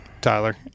Tyler